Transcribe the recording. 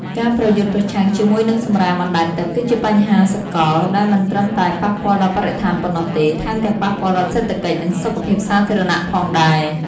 ការប្រយុទ្ធប្រឆាំងជាមួយនឹងសំរាមអណ្តែតទឹកគឺជាបញ្ហាសកលដែលមិនត្រឹមតែប៉ះពាល់ដល់បរិស្ថានប៉ុណ្ណោះទេ ថែមទាំងប៉ះពាល់ដល់សេដ្ឋកិច្ច និងសុខភាពសាធារណៈផងដែរ។